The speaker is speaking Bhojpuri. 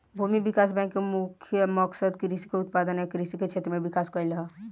भूमि विकास बैंक के मुख्य मकसद कृषि के उत्पादन आ कृषि के क्षेत्र में विकास कइल ह